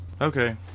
Okay